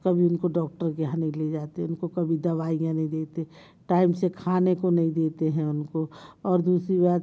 तो कभी उनको डॉक्टर के यहाँ नहीं ले जाते उनको कभी दवाइयाँ नहीं देते टाइम से खाने को नहीं देते हैं उनको और दूसरी बात